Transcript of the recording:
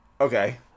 Okay